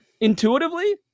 intuitively